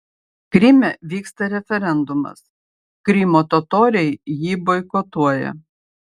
kryme vyksta referendumas krymo totoriai jį boikotuoja